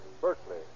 Berkeley